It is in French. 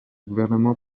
gouvernement